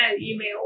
email